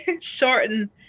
shorten